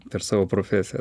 per savo profesiją